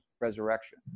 resurrection